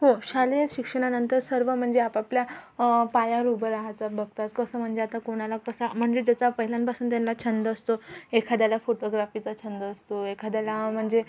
हो शालेय शिक्षणानंतर सर्व म्हणजे आपापल्या पायावर उभं राहायचं बघतात कसं म्हणजे आता कोणाला कसं म्हणजे ज्याचा पहिल्यापासून त्यांना छंद असतो एखाद्याला फोटोग्राफीचा छंद असतो एखाद्याला म्हणजे